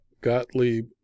Gottlieb